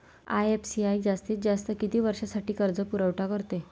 IFCI जास्तीत जास्त किती वर्षासाठी कर्जपुरवठा करते?